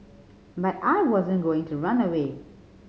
but I wasn't going to run away